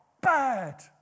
bad